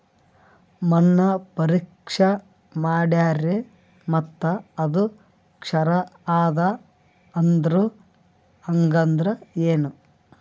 ಮಣ್ಣ ಪರೀಕ್ಷಾ ಮಾಡ್ಯಾರ್ರಿ ಮತ್ತ ಅದು ಕ್ಷಾರ ಅದ ಅಂದ್ರು, ಹಂಗದ್ರ ಏನು?